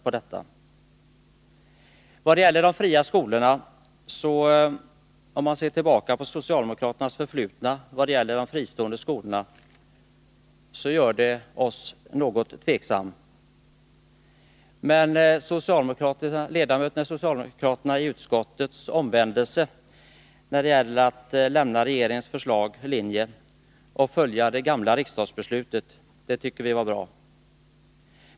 Om vi ser tillbaka på socialdemokraternas förflutna vad gäller de fristående skolorna blir vi något tveksamma. Men de socialdemokratiska utskottsledamöternas omvändelse när det gäller att lämna regeringens linje och följa det gamla riksdagsbeslutet tycker vi var bra.